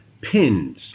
Pins